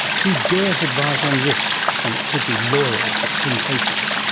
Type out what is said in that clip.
who dares advise on risk when it could be lawyers at ten paces?